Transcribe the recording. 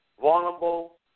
vulnerable